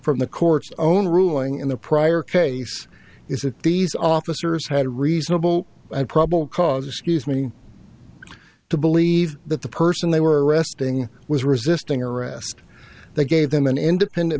from the court's own ruling in the prior case is that these officers had reasonable and probable cause scuse me to believe that the person they were arresting was resisting arrest they gave them an independent